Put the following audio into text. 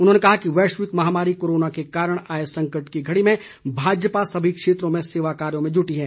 उन्होंने कहा कि वैश्विक महामारी कोरोना के कारण आए संकट की घड़ी में भाजपा सभी क्षेत्रों में सेवा कार्यों में जुटी है